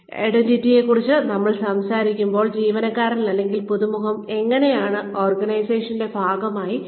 ഐഡന്റിറ്റികളെ കുറിച്ച് നമ്മൾ സംസാരിക്കുമ്പോൾ ജീവനക്കാരൻ അല്ലെങ്കിൽ പുതുമുഖം എങ്ങനെയാണ് ഓർഗനൈസേഷന്റെ ഭാഗമായി സ്വയം കാണുന്നത് എന്നാണ് അർത്ഥമാക്കുന്നത്